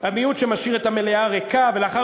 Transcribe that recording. המיעוט שמשאיר את המליאה ריקה ולאחר